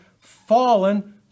fallen